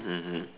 mmhmm